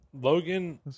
Logan